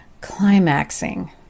climaxing